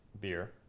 beer